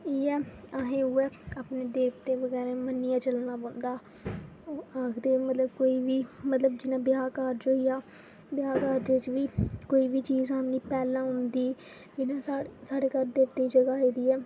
इ'यै अहे्ं उ'ऐ अपने देवते बगैरा मन्नियै चलना पौंदा ओह् आखदे मतलब जि'यां ब्याह् कारज़ होइया ब्याह् कारज च बी कोई बी चीज़ आह्ननी पैह्लें उं'दी जि'यां साढ़े घर देवतें दी जगह् आई दी ऐ